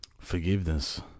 Forgiveness